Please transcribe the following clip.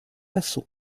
façon